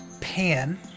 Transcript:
pan